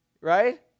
right